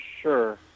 Sure